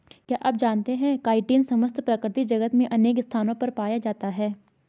क्या आप जानते है काइटिन समस्त प्रकृति जगत में अनेक स्थानों पर पाया जाता है?